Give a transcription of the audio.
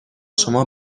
شما